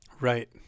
right